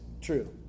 true